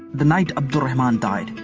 the night abd al-rahman died,